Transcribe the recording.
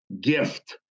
gift